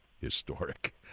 historic